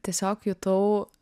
tiesiog jutau